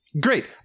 great